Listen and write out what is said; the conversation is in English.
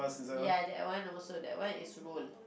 ya that one also that one is roll